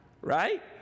Right